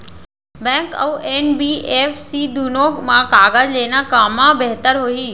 Bank अऊ NBFC दूनो मा करजा लेना कामा बेहतर होही?